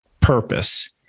purpose